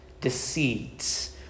deceit